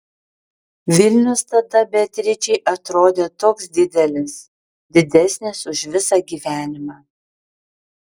vilnius tada beatričei atrodė toks didelis didesnis už visą gyvenimą